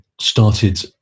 started